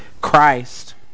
Christ